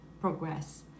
progress